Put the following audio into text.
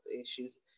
issues